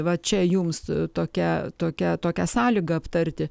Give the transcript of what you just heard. va čia jums tokia tokia tokią sąlygą aptarti